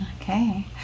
Okay